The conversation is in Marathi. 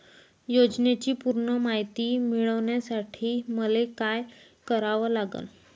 योजनेची पूर्ण मायती मिळवासाठी मले का करावं लागन?